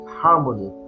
harmony